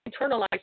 internalize